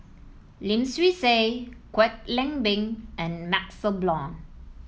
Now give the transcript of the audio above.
Lim Swee Say Kwek Leng Beng and MaxLe Blond